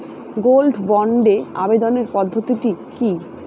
Gold বন্ডে আবেদনের পদ্ধতিটি কি?